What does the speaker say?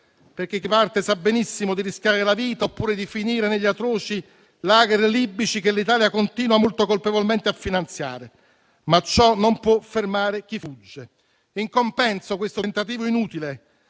perché chi parte sa benissimo di rischiare la vita oppure di finire negli atroci *lager* libici che l'Italia continua, molto colpevolmente, a finanziare, ma ciò non può fermare chi fugge. In compenso, questo tentativo inutile,